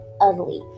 ugly